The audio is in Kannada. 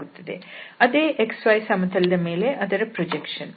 ಅದೇ xy ಸಮತಲದ ಮೇಲೆ ಅದರ ಪ್ರೊಜೆಕ್ಷನ್